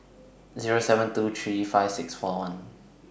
Zero seven two six two three five six four one